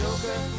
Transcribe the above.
joker